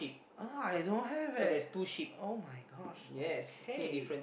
uh I don't have eh [oh]-my-gosh okay